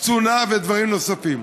קצונה ודברים נוספים.